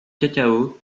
cacao